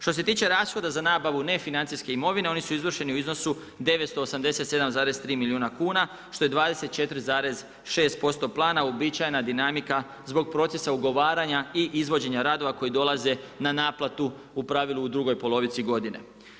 Što se tiče rashoda za nabavu nefinancijske imovine, one su izvršene u iznosu 987,3 milijuna kuna što je 24,6% plana, uobičajena dinamika zbog procesa ugovaranja i izvođenja radova koji dolaze na naplatu u pravilu u drugoj polovici godine.